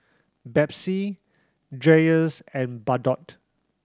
Betsy Dreyers and Bardot